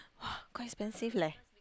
!wah! quite expensive leh